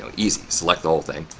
easy. select the whole thing,